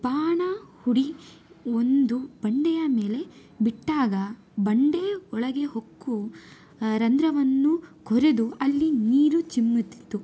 ಬಾಣ ಹೂಡಿ ಒಂದು ಬಂಡೆಯ ಮೇಲೆ ಬಿಟ್ಟಾಗ ಬಂಡೆ ಒಳಗೆ ಹೊಕ್ಕು ರಂಧ್ರವನ್ನು ಕೊರೆದು ಅಲ್ಲಿ ನೀರು ಚಿಮ್ಮುತ್ತಿತ್ತು